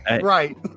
Right